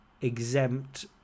exempt